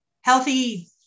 Healthy